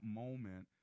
moment